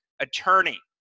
attorney